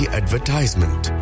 advertisement